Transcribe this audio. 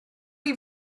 chi